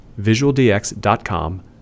visualdx.com